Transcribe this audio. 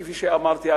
כפי שאמרתי,